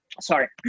sorry